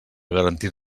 garantir